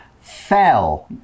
Fell